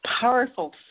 powerful